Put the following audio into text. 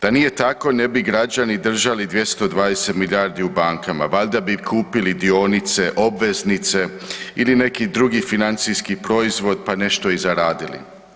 Da nije tako, ne bi građani držali 220 milijardi u bankama, valjda bi kupili dionice, obveznice ili neki drugi financijski proizvod pa nešto i zaradili.